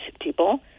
people